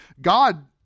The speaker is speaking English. God